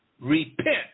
Repent